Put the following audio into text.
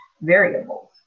variables